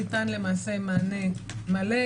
ניתן למעשה מענה מלא,